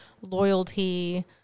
loyalty